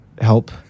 help